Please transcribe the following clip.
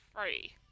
free